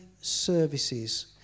services